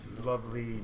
lovely